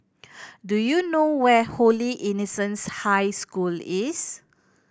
do you know where Holy Innocents' High School is